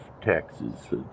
taxes